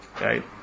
right